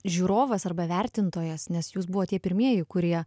žiūrovas arba vertintojas nes jūs buvot tie pirmieji kurie